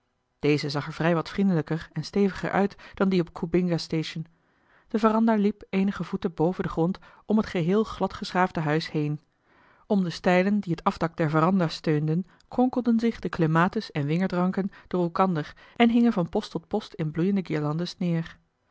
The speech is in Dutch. deze zag er vrij wat vriendelijker en steviger uit dan die op coobingastation de veranda liep eenige voeten boven den grond om het geheel gladgeschaafde huis heen om de stijlen die het afdak der veranda steunden kronkelden zich de clematisen wingerdranken door elkander en hingen van post tot post in bloeiende guirlandes neer